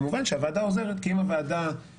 כמובן שהוועדה עוזרת כאשר היא ממליצה,